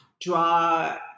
draw